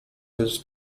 his